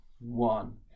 one